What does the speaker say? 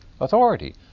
authority